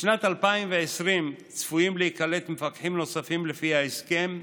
בשנת 2020 צפויים להיקלט מפקחים נוספים לפי ההסכם.